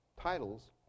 titles